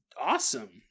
awesome